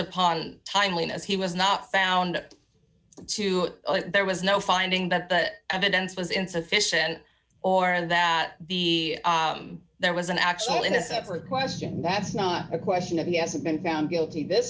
upon timeliness he was not found to there was no finding that the evidence was insufficient or that the there was an actual in a separate question that's not a question of he hasn't been found guilty this